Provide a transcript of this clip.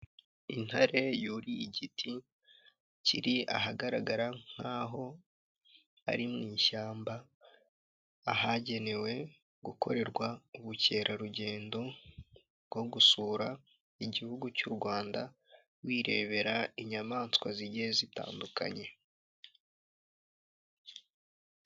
Intare yuriye igiti kiri ahagaragara nk' aho ari mu ishyamba, ahagenewe gukorerwa ubukerarugendo, bwo gusura igihugu cy'u Rwanda wirebera inyamaswa zigiye zitandukanye.